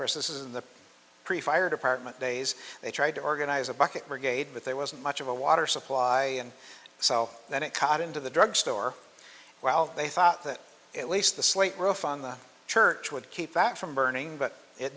is in the pre fire department days they tried to organize a bucket brigade but there wasn't much of a water supply and so then it cut into the drugstore well they thought that at least the slate roof on the church would keep that from burning but it